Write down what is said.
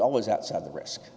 always outside the risk